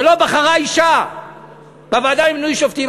שלא בחרה אישה לוועדה למינוי שופטים,